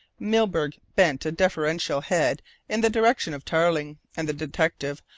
milburgh bent a deferential head in the direction of tarling, and the detective,